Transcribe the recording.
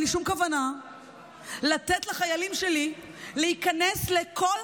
אין לי שום כוונה לתת לחיילים שלי להיכנס לכל